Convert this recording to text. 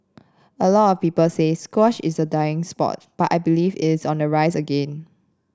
a lot of people say squash is a dying sport but I believe it is on the rise again